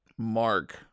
Mark